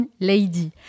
lady